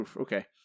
okay